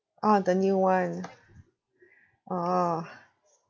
orh the new one orh